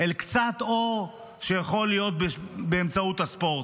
אל קצת אור שיכול להיות באמצעות הספורט.